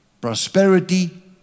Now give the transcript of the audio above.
prosperity